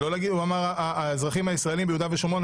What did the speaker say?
הוא אמר: האזרחים הישראלים ביהודה ושומרון.